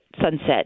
sunset